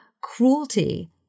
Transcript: cruelty